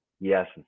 yes